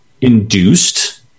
induced